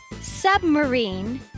submarine